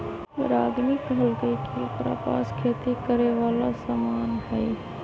रागिनी कहलकई कि ओकरा पास खेती करे वाला समान हई